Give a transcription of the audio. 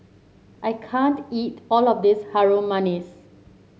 I can't eat all of this Harum Manis